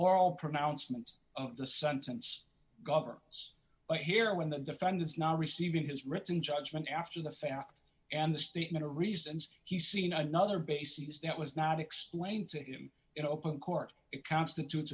oral pronouncement of the sentence governs but here when the defendant's not receiving his written judgment after the fact and the statement or reasons he's seen another bases that was not explained to him in open court it constitutes